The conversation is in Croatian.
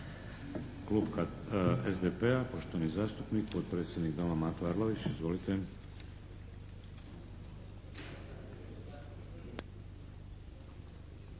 Klub SDP-a, poštovani zastupnik, potpredsjednik Doma Mato Arlović. Izvolite.